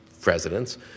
presidents